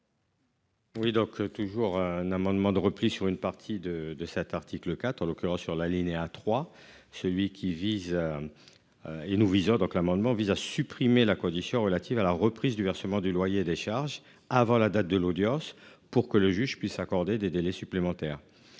Oui donc toujours un amendement de repli sur une partie de de cet article 4, en l'occurrence sur l'alinéa 3, celui qui vise. Et nous visons donc l'amendement vise à supprimer la condition relative à la reprise du versement du loyer et des charges avant la date de l'audience pour que le juge puisse accorder des délais supplémentaires.